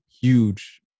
huge